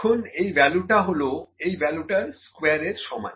এখন এই ভ্যালুটা হলো এই ভ্যালুটার স্কোয়ার এর সমান